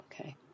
Okay